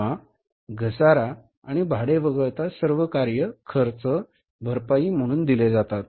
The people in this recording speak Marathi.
विमा घसारा आणि भाडे वगळता सर्व कार्य खर्च भरपाई म्हणून दिले जातात